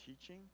teaching